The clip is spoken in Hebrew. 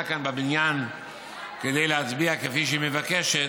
כאן בבניין כדי להצביע כפי שהיא מבקשת,